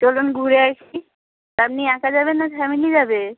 চলুন ঘুরে আসি আপনি একা যাবেন না ফ্যামেলি যাবে